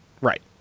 right